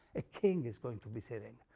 a king is going to be sitting,